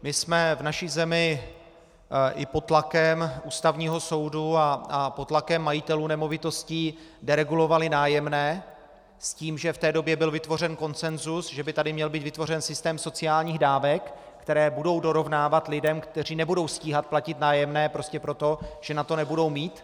My jsme v naší zemi i pod tlakem Ústavního soudu a pod tlakem majitelů nemovitostí deregulovali nájemné s tím, že v té době byl vytvořen konsensus, že by tady měl být vytvořen systém sociálních dávek, které budou dorovnávat lidem, kteří nebudou stíhat platit nájemné prostě proto, že na to nebudou mít.